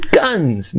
guns